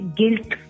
guilt